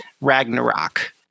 Ragnarok